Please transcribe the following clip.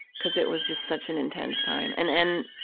because it was just such an intense time. and and